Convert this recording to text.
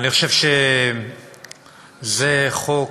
אני חושב שזה חוק